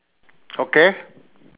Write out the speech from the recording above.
okay